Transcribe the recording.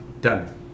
Done